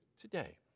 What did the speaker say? today